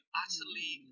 utterly